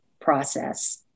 process